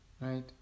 Right